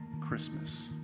christmas